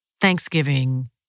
Thanksgiving